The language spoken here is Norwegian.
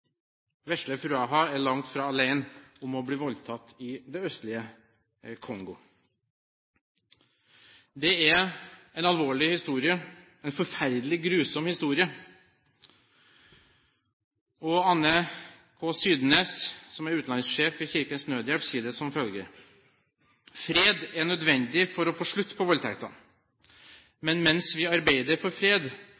Vesle Furaha er langt fra alene om å bli voldtatt i det østlige Kongo. Dette er en alvorlig historie – en forferdelig, grusom historie. Anne Kristin Sydnes, som er utenlandssjef i Kirkens Nødhjelp, sier følgende: «Fred er nødvendig for å få en slutt på voldtektene.